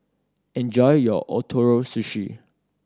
enjoy your Ootoro Sushi